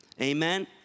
Amen